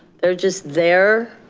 they're just there,